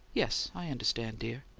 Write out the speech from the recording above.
yes. i understand, dear.